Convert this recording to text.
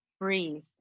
breathe